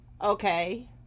okay